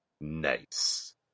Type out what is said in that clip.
Nice